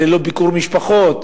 ללא ביקור משפחות.